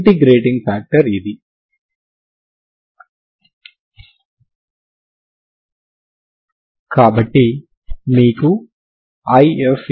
integrating factor ఇది కాబట్టి మీకు I